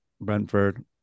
Brentford